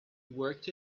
worked